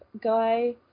guy